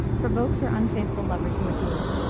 provokes her unfaithful lover to a duel,